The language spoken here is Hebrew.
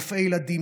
רופאי ילדים,